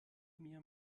mir